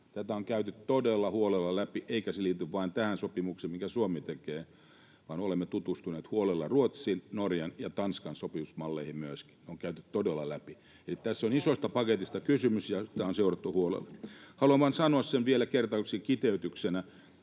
Tätä on käyty todella huolella läpi, eikä se liity vain tähän sopimukseen, minkä Suomi tekee, vaan olemme tutustuneet huolella myöskin Ruotsin, Norjan ja Tanskan sopimusmalleihin. Ne on todella käyty läpi. Tässä on isosta paketista kysymys, ja tätä on seurattu huolella. Haluan vaan sanoa sen vielä kertauksen kiteytyksenä: